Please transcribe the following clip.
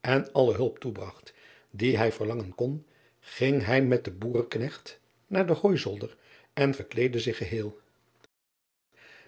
en alle hulp toebragt die hij verlangen kon ging hij met den boereknecht naar den hooizolder en verkleedde zich geheel